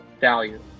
value